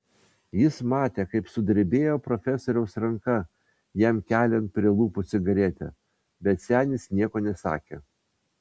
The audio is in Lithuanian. jis matė kaip sudrebėjo profesoriaus ranka jam keliant prie lūpų cigaretę bet senis nieko nesakė